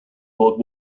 world